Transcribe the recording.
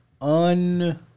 Un